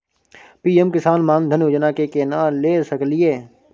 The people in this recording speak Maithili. पी.एम किसान मान धान योजना के केना ले सकलिए?